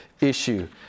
issue